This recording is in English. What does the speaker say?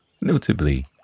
Notably